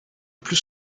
plus